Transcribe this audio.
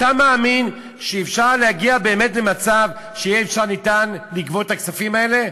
אתה מאמין שאפשר להגיע באמת שיהיה ניתן לגבות את הכספים האלה?